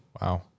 Wow